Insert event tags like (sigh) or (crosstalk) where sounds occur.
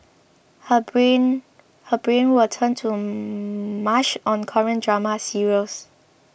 her brain her brain would turn to (hesitation) mush on Korean drama serials